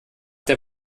der